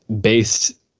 based